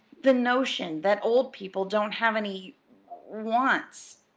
the notion that old people don't have any wants.